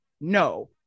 No